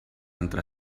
entre